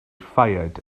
fired